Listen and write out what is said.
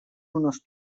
unes